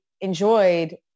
enjoyed